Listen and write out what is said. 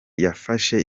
yafashe